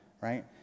right